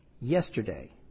yesterday